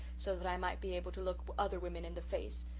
so that i might be able to look other women in the face,